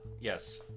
yes